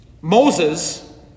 Moses